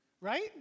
Right